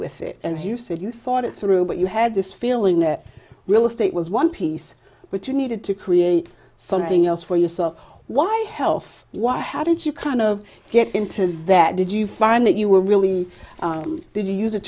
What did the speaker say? with it and you said you thought it through but you had this feeling that real estate was one piece which you needed to create something else for yourself why health why how did you kind of get into that did you find that you were really did you use it